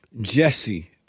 Jesse